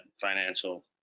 financial